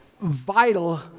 vital